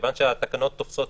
זו התשובה שלך לעניין הקורונה?